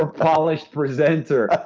ah polished presenter.